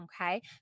Okay